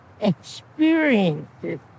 experiences